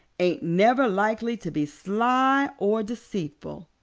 ain't never likely to be sly or deceitful.